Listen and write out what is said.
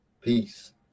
Peace